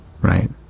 Right